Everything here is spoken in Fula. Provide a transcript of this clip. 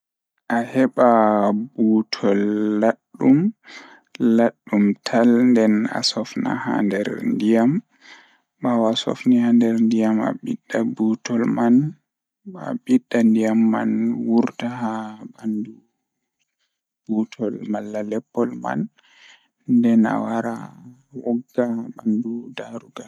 Jokkondir caɗeele e moƴƴaare glass cleaner walla ndiyam e sirri. Njidi ndiyam e caɗeele ngal e siki ngam sabu holla e ngal mirror. Fota njillataa nder haɓtude ko e moƴƴaare. Njillataa kaŋko ngam sabu ƴettude e ɗiɗi.